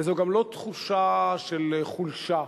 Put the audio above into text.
וזו גם לא תחושה של חולשה.